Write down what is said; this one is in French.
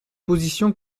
positions